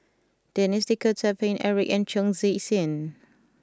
Denis D'Cotta Paine Eric and Chong Tze Chien